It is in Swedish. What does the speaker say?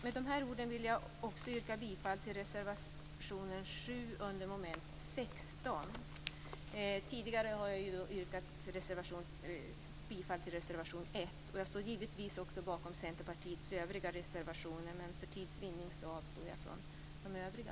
Med dessa ord vill jag också yrka bifall till reservation 7 under mom. 16. Tidigare har jag yrkat bifall till reservation 1. Jag står givetvis bakom Centerpartiets övriga reservationer, men för tids vinning avstår jag från att yrka bifall till de övriga.